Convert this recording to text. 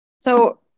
so-